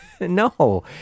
No